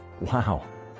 Wow